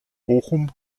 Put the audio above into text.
bochum